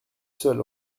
seul